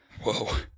whoa